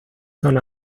son